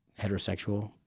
heterosexual